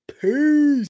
Peace